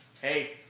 Hey